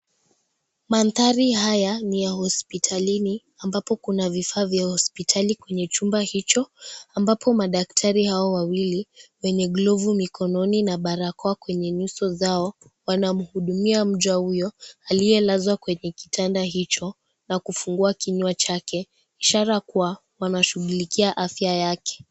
Manthari haya ni ya hospitalini ambapo kuna vifaa vya hospitalini kwenye chupa hicho ambapo madaktari hao wawili wenye glofu mikononi na barakoa kwenye nyuso zao ,wanamhudumia mcha huyo aliyelazwa kwenye kitanda hicho na kufungua kinywa chake ishara kuwa wanashughulikia afya yake.